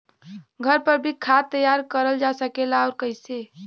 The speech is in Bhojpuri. घर पर भी खाद तैयार करल जा सकेला और कैसे?